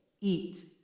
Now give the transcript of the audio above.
eat